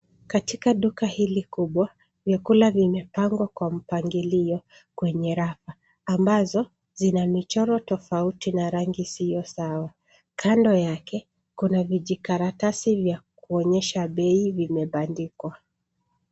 Katika duka hili kubwa, vyakula vimepangwa kwa mpangilio kwenye rafa, ambazo zina michoro tofauti na rangi isiyo sawa. Kando yake, kuna vijikaratasi vya kuonyesha bei vimebandikwa.